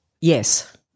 Yes